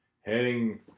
Heading